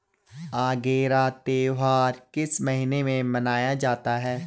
अगेरा त्योहार किस महीने में मनाया जाता है?